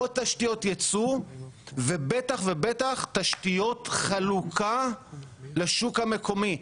עוד תשתיות יצוא ובטח ובטח תשתיות חלוקה לשוק המקומי.